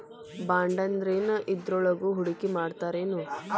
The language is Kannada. ಬಾಂಡಂದ್ರೇನ್? ಇದ್ರೊಳಗು ಹೂಡ್ಕಿಮಾಡ್ತಾರೇನು?